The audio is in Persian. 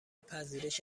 پذیرش